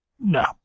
No